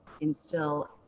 instill